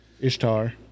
Ishtar